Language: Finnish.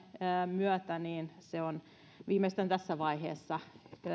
myötä se on viimeistään tässä vaiheessa